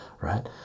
Right